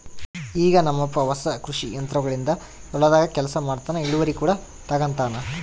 ಈಗ ನಮ್ಮಪ್ಪ ಹೊಸ ಕೃಷಿ ಯಂತ್ರೋಗಳಿಂದ ಹೊಲದಾಗ ಕೆಲಸ ಮಾಡ್ತನಾ, ಇಳಿವರಿ ಕೂಡ ತಂಗತಾನ